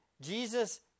Jesus